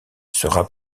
sera